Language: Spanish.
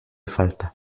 falta